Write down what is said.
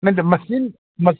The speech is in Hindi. नहीं तो मसीन मस